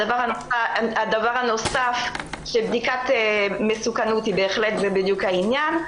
הדבר הנוסף, שבדיקת מסוכנות זה בדיוק העניין.